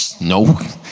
no